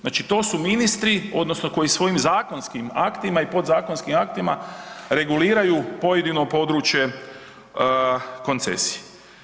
Znači to su ministri, odnosno koji svojim zakonskim aktima i podzakonskim aktima reguliraju pojedino područje koncesije.